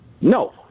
No